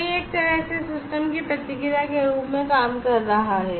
तो यह एक तरह से सिस्टम की प्रतिक्रिया के रूप में काम कर रहा है